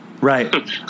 Right